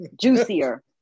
juicier